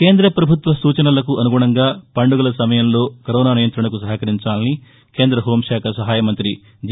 కేంద్ర ప్రభుత్వ సూచనలకు అనుగుణంగా పండుగల సమయంలో కరోనా నియంత్రణకు సహకరించాలని కేంద్ర హోంశాఖ సహాయ మంతి జి